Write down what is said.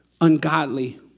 ungodly